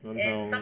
很好